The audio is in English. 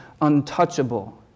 untouchable